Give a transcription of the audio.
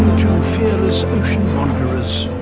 to fearless ocean wanderers